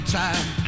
time